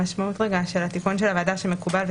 המשמעות של התיקון של הוועדה שמקובל,